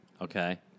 Okay